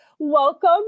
Welcome